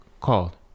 called